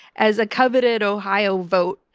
as a coveted ohio vote,